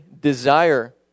desire